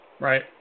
Right